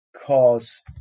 cause